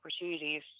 opportunities